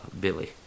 Billy